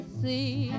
see